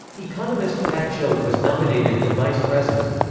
economist pat choate was nominated for vice president.